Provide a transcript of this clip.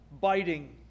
biting